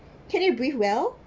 can you breathe well